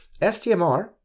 STMR